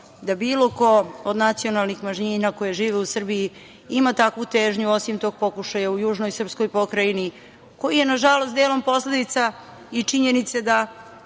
da bilo ko od nacionalnih manjina, a koje žive u Srbiji ima takvu težnju osim tog pokušaja u južnoj srpskoj pokrajini koji je na žalost delom posledica i činjenice da